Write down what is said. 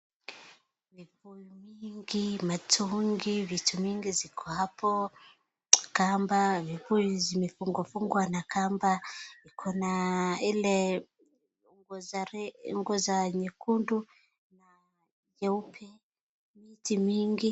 Vibuyu mingi, matonge, vitu mingi ziko hapo ,kamba, vibuyu zimefungwa fungwa na kamba iko na ile nguo za re nyekundu na nyeupe. Miti mingi.